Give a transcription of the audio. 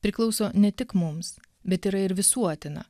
priklauso ne tik mums bet yra ir visuotina